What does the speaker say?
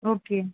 okay